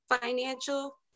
Financial